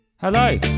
Hello